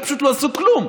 פשוט לא עשו כלום.